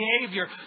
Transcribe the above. behavior